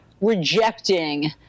rejecting